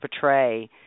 portray